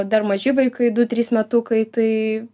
dar maži vaikai du trys metukai tai